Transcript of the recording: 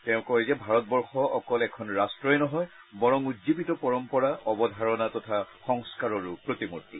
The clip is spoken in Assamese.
তেওঁ কয় যে ভাৰতবৰ্ষ অকল এখন ৰট্টই নহয় বৰং উজ্জীৱিত পৰম্পৰা অৱধাৰণা তথা সংস্কাৰৰো প্ৰতিমূৰ্তি